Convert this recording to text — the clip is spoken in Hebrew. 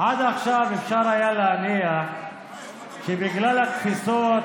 עד עכשיו אפשר היה להניח שבגלל התפיסות,